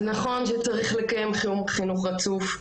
אז נכון שצריך לקיים חינוך רצוף,